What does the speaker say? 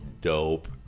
Dope